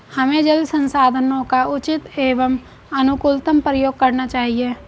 हमें जल संसाधनों का उचित एवं अनुकूलतम प्रयोग करना चाहिए